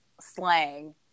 slang